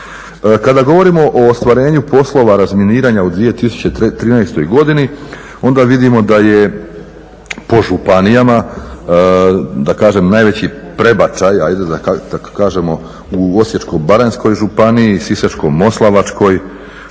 Kada govorimo o ostvarenju poslova razminiranja u 2013. godini onda vidimo da je po županijama da kažem najveći prebačaj ajde da kažemo u Osječko-baranjskoj županiji, Sisačko-moslavačkoj,